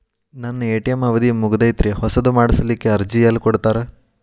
ನನ್ನ ಎ.ಟಿ.ಎಂ ಅವಧಿ ಮುಗದೈತ್ರಿ ಹೊಸದು ಮಾಡಸಲಿಕ್ಕೆ ಅರ್ಜಿ ಎಲ್ಲ ಕೊಡತಾರ?